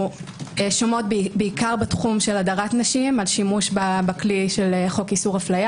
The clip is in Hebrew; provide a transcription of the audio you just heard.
שומעות בעיקר בתחום הדרת נשים על שימוש בכלי של חוק איסור אפליה